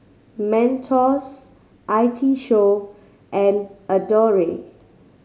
Mentos I T Show and Adore